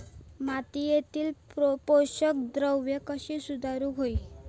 मातीयेतली पोषकद्रव्या कशी सुधारुक होई?